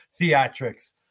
theatrics